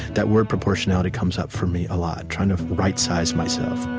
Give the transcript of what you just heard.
that word proportionality comes up for me a lot, trying to right-size myself